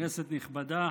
כנסת נכבדה,